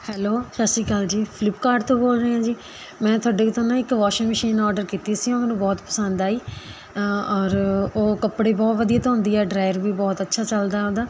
hello Sat Sri Akal ji Flipkart ਤੋਂ ਬੋਲ ਰਹੇ ਹੈ ਜੀ ਮੈਂ ਤੁਹਾਡੇ ਤੋਂ ਨਾ ਇੱਕ ਵੋਸ਼ਿੰਗ ਮਸ਼ੀਨ ਔਡਰ ਕੀਤੀ ਸੀ ਉਹ ਮੈਨੂੰ ਬਹੁਤ ਪਸੰਦ ਆਈ ਔਰ ਉਹ ਕੱਪੜੇ ਬਹੁਤ ਵਧੀਆ ਧੌਂਦੀ ਹੈ ਡਰਾਇਰ ਵੀ ਬਹੁਤ ਅੱਛਾ ਚੱਲਦਾ ਉਹਦਾ